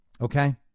okay